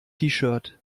shirt